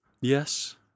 Yes